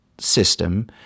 system